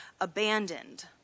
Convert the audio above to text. abandoned